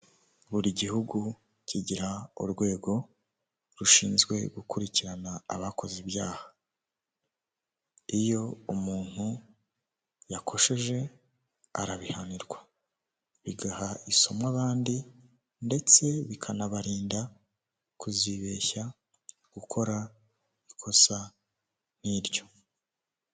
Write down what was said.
Buri gihugu kigira urwego rushinzwe gukurikirana abakoze ibyaha iyo umuntu yakosheje arabihanirwa bigaha isomo abandi, ndetse bikanabarinda kuzibeshya gukora ikosa nk'iryo.